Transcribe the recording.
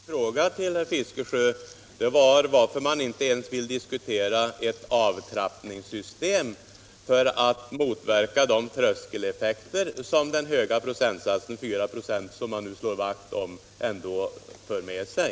Herr talman! Min fråga till herr Fiskesjö gällde varför man inte ens vill diskutera ett avtrappningssystem för att motverka de tröskeleffekter som den höga procentsatsen 4 96, som man nu slår vakt om, ändå för med sig.